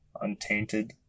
untainted